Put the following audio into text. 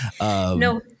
No